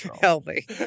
Healthy